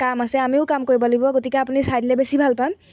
কাম আছে আমিও কাম কৰিব লাগিব গতিকে আপুনি চাই দিলে বেছি ভাল পাম